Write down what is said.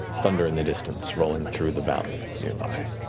thunder in the distance, rolling through the valley nearby.